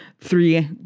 three